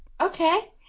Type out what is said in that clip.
okay